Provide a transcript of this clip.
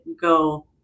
go